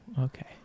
Okay